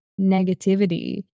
negativity